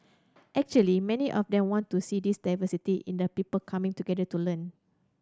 actually many of them want to see this diversity in the people coming together to learn